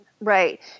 Right